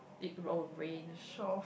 it oh rain